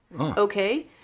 okay